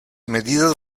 medidas